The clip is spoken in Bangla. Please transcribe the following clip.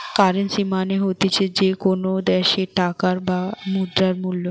কারেন্সী মানে হতিছে যে কোনো দ্যাশের টাকার বা মুদ্রার মূল্য